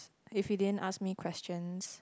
if he didn't ask me questions